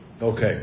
Okay